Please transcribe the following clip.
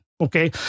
Okay